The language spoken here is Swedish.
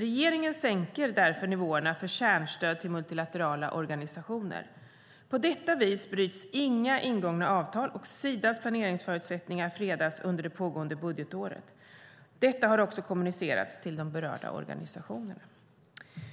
Regeringen sänker därför nivåerna för kärnstöd till multilaterala organisationer. På detta vis bryts inga ingångna avtal och Sidas planeringsförutsättningar fredas under det pågående budgetåret. Detta har också kommunicerats till de berörda organisationerna.